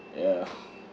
ya